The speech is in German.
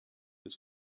des